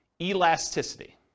Elasticity